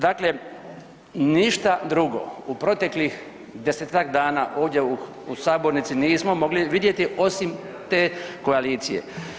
Dakle, ništa drugo u proteklih desetak dana ovdje u sabornici nismo mogli vidjeti osim te koalicije.